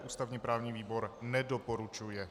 Ústavněprávní výbor nedoporučuje.